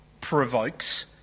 provokes